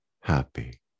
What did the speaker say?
happy